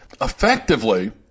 effectively